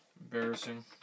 Embarrassing